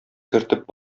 кертеп